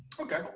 Okay